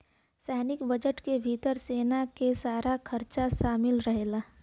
सैनिक बजट के भितर सेना के सारा खरचा शामिल रहेला